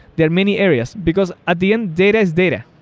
there are many areas, because at the end, data is data.